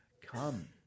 come